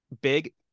big